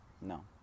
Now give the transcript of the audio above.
No